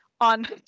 on